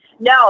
No